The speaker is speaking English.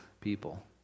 people